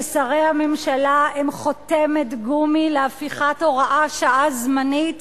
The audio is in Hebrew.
שרי הממשלה הם חותמת גומי להפיכת הוראת שעה זמנית